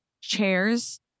chairs